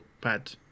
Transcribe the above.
pad